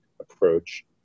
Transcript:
approach